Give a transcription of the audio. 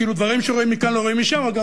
כאילו דברים שרואים מכאן לא רואים משם,